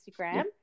Instagram